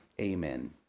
amen